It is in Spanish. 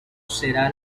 será